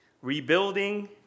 Rebuilding